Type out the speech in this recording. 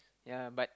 ya but